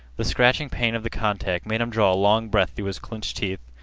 the scratching pain of the contact made him draw a long breath through his clinched teeth.